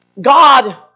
God